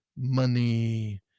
money